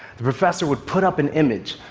the professor would put up an image,